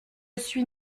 suis